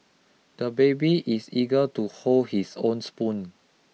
the baby is eager to hold his own spoon